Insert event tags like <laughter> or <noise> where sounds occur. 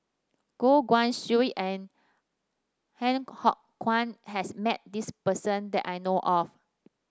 Goh Guan Siew and Han <unintelligible> Kwang has met this person that I know of